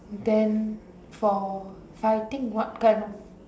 then for fighting what kind of